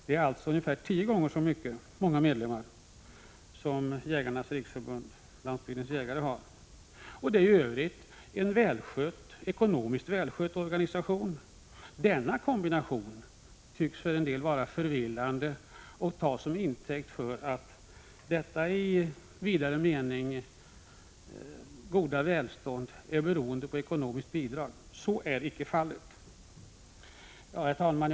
Det är alltså ungefär tio gånger så många medlemmar som Jägarnas riksförbund Landsbygdens jägare har. Det är i övrigt en ekonomiskt välskött organisation. Denna kombination tycks för en del vara förvillande och tas som intäkt Prot. 1985/86:140 föratt detta i vidare mening goda tillstånd beror på ekonomiskt bidrag. Så är icke fallet. Herr talman!